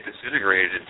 disintegrated